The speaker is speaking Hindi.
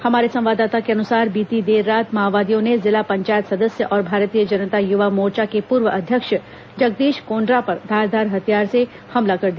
हमारे संवाददाता के अनुसार बीती देर रात माओवादियों ने जिला पंचायत सदस्य और भारतीय जनता युवा मोर्चा के पूर्व अध्यक्ष जगदीश कोण्ड्रा पर धारदार हथियार से हमला कर दिया